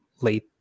late